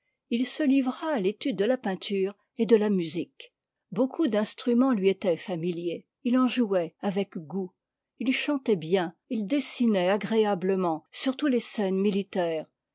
il se livra à l'étude de la peinture et de la musique beaucoup d'instrumens lui étoient familiers il en jouoit avec goût il chantoit bien il dessinoit agréablement surtout les scènes militaires